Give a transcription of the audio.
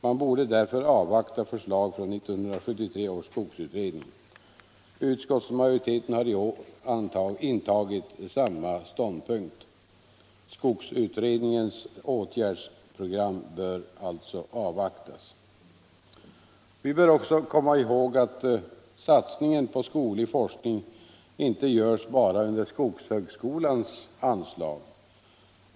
Man borde därför avvakta förslag från 1973 års skogsutredning. Utskottsmajoriteten har i år intagit samma ståndpunkt. Skogsutredningens åtgärdsprogram bör alltså avvaktas. Vi bör också komma ihåg att satsningen på skoglig forskning inte görs bara under skogshögskolans anslag.